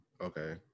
Okay